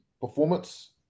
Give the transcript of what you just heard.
performance